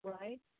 right